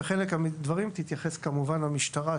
ולחלק מהדברים תתייחס כמובן המשטרה,